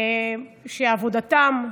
שעבודתם,